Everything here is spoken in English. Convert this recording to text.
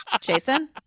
Jason